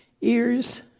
ears